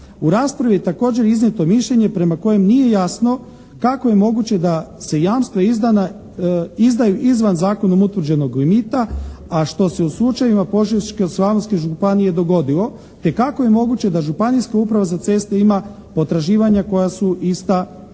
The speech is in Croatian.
U raspravi je također iznijeto mišljenje prema kojem nije jasno kako je moguće da se jamstva izdaju izvan zakonom utvrđenog limita a što se u slučajevima Požeško-slavonske županije dogodilo te kako je moguće da županijska uprava za ceste ima potraživanja koja su ista, koja